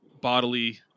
bodily